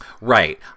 Right